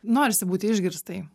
norisi būti išgirstai